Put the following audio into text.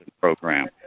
program